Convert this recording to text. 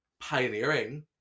pioneering